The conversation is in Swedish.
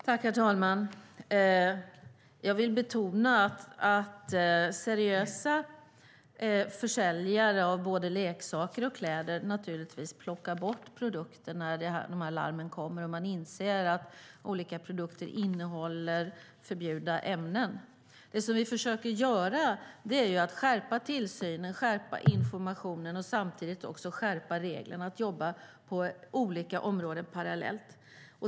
Herr talman! Jag vill betona att seriösa försäljare av leksaker och kläder naturligtvis plockar bort produkter när de här larmen kommer och man inser att olika produkter innehåller förbjudna ämnen. Vi försöker skärpa tillsynen, skärpa informationen och samtidigt skärpa reglerna. Vi jobbar alltså på olika områden parallellt.